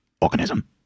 organism